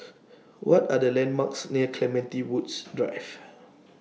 What Are The landmarks near Clementi Woods Drive